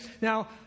now